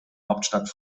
hauptstadt